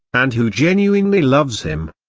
and who genuinely loves him.